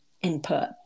input